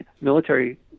military